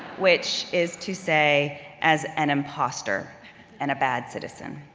which is to say as an impostor and a bad citizen.